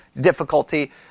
difficulty